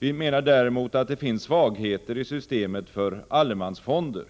Vi menar däremot att det finns svagheter i systemet för allemansfonder.